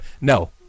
No